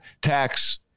tax